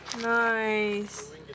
Nice